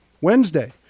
wednesday